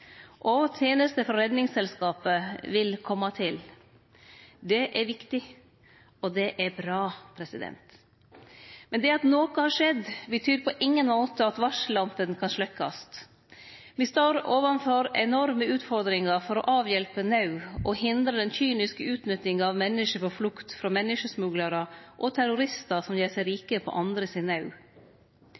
og tenester frå Redningsselskapet vil kome til. Det er viktig, og det er bra. Men det at noko har skjedd, betyr på ingen måte at varsellampene kan sløkkjast. Me står overfor enorme utfordringar for å avhjelpe naud og hindre den kyniske utnyttinga av menneske på flukt frå menneskesmuglarar og terroristar som gjer seg rike på andre